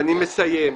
אני מסיים.